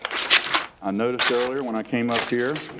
i noticed earlier when i came up here